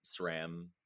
SRAM